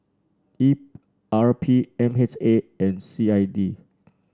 E R P M H A and C I D